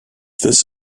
this